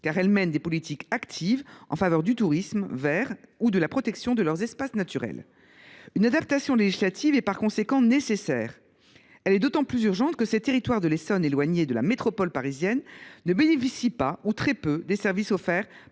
car elles mènent des politiques actives en faveur du tourisme vert ou de la protection de leurs espaces naturels. Une adaptation législative est, par conséquent, nécessaire. Elle est d’autant plus urgente que ces territoires de l’Essonne éloignés de la métropole parisienne ne bénéficient pas, ou très peu, des services offerts